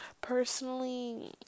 personally